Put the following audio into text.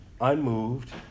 unmoved